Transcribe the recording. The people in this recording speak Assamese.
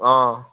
অ'